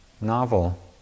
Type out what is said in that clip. novel